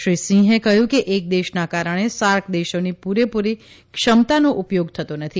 શ્રી સિંહે કહ્યું કે એક દેશના કારણે સાર્ક દેશોની પૂરેપૂરી ક્ષમતાનો ઉપયોગ થતો નથી